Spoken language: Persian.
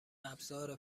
ابزار